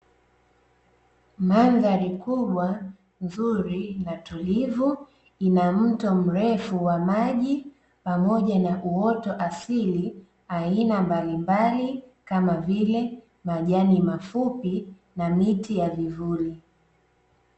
Mandhari kubwa nzuri na tulivu, ina mto mrefu wa maji pamoja na uoto asili aina mbalimbali, kama vile; majani mafupi na miti ya vivuli.